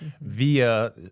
via